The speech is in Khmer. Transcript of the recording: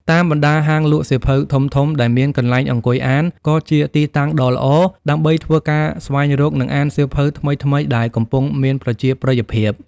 តាមបណ្ដាហាងលក់សៀវភៅធំៗដែលមានកន្លែងអង្គុយអាន ក៏ជាទីតាំងដ៏ល្អដើម្បីធ្វើការស្វែងរក និងអានសៀវភៅថ្មីៗដែលកំពុងមានប្រជាប្រិយភាព។